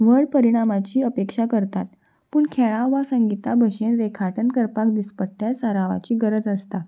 व्हड परिणामाची अपेक्षा करतात पूण खेळां वा संगिता भशेन रेखाटन करपाक दिसपट्ट्या सरावाची गरज आसता